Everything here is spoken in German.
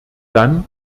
dann